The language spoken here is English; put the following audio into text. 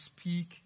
speak